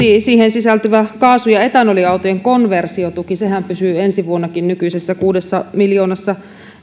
siihen sisältyvä kaasu ja etanoliautojen konversiotuki pysyy ensi vuonnakin nykyisessä kuudessa miljoonassa